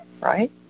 right